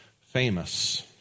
famous